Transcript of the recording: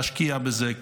להשקיע בזה,